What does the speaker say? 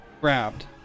grabbed